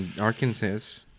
Arkansas